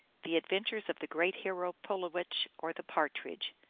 the adventures of the great hero pulowech, or the partridge.